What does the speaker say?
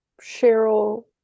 Cheryl